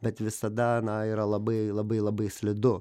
bet visada yra labai labai labai slidu